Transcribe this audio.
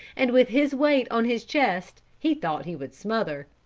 and with his weight on his chest he thought he would smother.